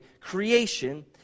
creation